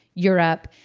europe.